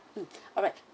hmm alright